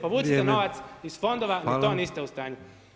Povucite novac iz fondova, i to niste u stanju.